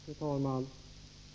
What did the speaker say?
Fru talman!